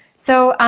so